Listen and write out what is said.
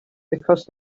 because